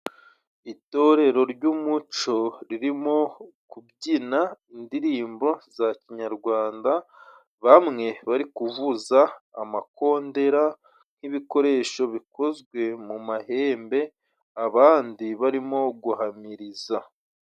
Itorero ry'umuco ririmo kubyina indirimbo za kinyarwanda. Bamwe bari kuvuza amakondera nk'ibikoresho bikozwe mu mahembe, abandi barimo guhamiriza.